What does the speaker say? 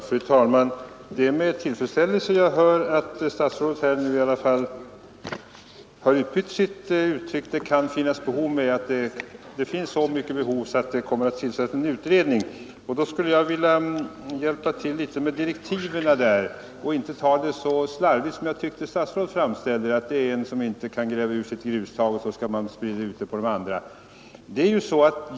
Fru talman! Det är med tillfredsställelse jag hör att statsrådet nu bytt ut uttrycket ”det kan finnas behov” mot påståendet att det finns ett så stort behov att statsrådet nu kommer att tillsätta en utredning. Då skulle jag vilja hjälpa till litet med direktiven; jag tyckte nämligen att statsrådet framställde det litet slarvigt när han sade att förslaget om grussamfälligheter skulle innebära att man sade till en markägare att han inte fick ”sprätta upp sin grusås” men att han i stället kunde ta grus ur grannens mark.